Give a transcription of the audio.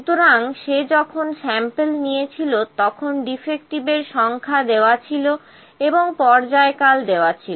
সুতরাং সে যখন স্যাম্পল নিয়েছিল তখন ডিফেক্টিভের সংখ্যা দেওয়া ছিল এবং পর্যায়কাল দেওয়া ছিল